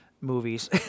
movies